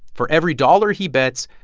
for every dollar he bets,